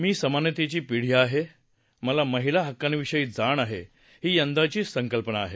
मी समानतेची पिढी आहे मला महिला हक्कांविषयी जाण आहे ही यंदाची संकल्पना आहे